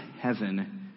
heaven